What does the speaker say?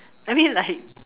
I mean like